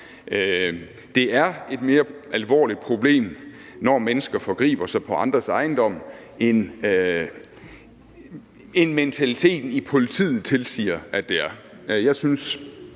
Det er et mere alvorligt problem, når mennesker forgriber sig på andres ejendom, end mentaliteten i politiet tilsiger at det er.